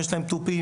יש להם תופים,